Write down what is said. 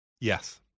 Yes